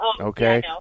Okay